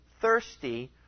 thirsty